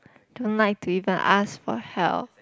don't like to even ask for help